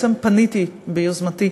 פניתי ביוזמתי